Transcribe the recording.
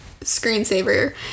screensaver